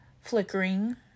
flickering